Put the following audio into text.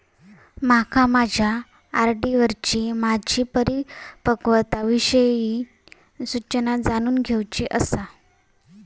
माका माझ्या आर.डी वरची माझी परिपक्वता विषयची सूचना जाणून घेवुची आसा